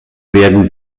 werden